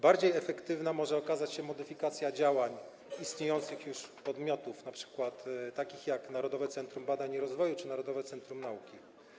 Bardziej efektywna może okazać się modyfikacja działań istniejących już podmiotów, takich jak Narodowe Centrum Badań i Rozwoju czy Narodowe Centrum Nauki.